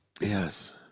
Yes